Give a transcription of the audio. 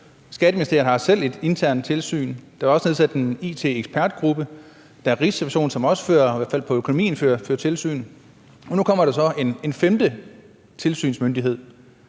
Skatteministeriet har selv et internt tilsyn, der er også nedsat en it-ekspertgruppe, der er Rigsrevisionen, som i hvert fald i forhold til økonomien også fører tilsyn, og nu kommer der så en femte tilsynsmyndighed.